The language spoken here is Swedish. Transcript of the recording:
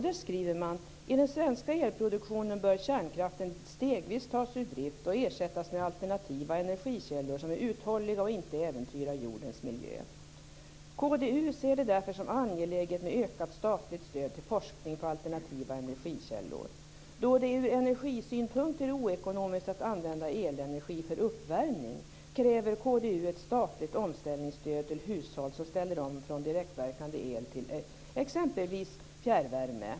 Där skriver man: I den svenska elproduktionen bör kärnkraften stegvis tas ur drift och ersättas med alternativa energikällor som är uthålliga och inte äventyrar jordens miljö. KDU ser det därför som angeläget med ökat statligt stöd till forskning på alternativa energikällor. Då det ur energisynpunkt är oekonomiskt att använda elenergi för uppvärmning kräver KDU ett statligt omställningsstöd till hushåll som ställer om från direktverkande el till exempelvis fjärrvärme.